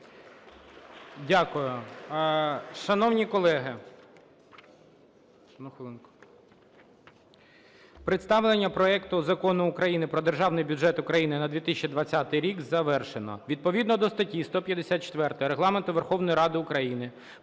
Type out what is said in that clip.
Дякую. Шановні колеги… Одну хвилинку. Представлення проекту Закону України про Державний бюджет України на 2020 рік завершено. Відповідно до статті 154 Регламенту Верховної Ради України